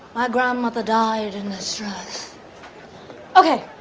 my grandmother died in a stroke. okay,